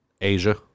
Asia